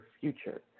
future